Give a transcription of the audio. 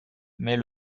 mais